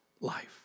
life